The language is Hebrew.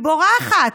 היא בורחת.